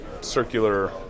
circular